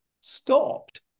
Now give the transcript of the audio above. stopped